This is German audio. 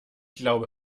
glaube